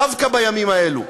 דווקא בימים האלו,